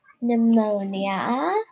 pneumonia